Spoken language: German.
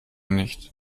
nicht